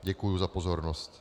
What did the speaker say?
Děkuji za pozornost.